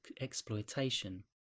exploitation